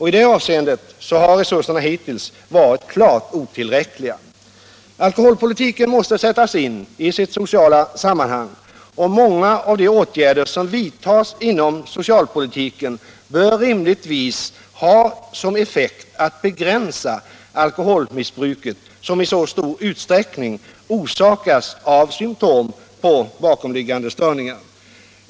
I det avseendet har resurserna hittills varit klart otillräckliga. Alkoholpolitiken måste sättas in i sitt sociala sammanhang. Många av de åtgärder som vidtas inom socialpolitiken bör rimligtvis ha som effekt att begränsa alkoholmissbruket, som i så stor utsträckning har karaktären av symtom på bakomliggande störningar.